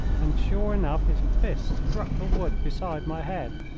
and sure enough his fist struck the wood beside my head.